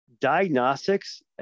diagnostics